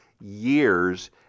years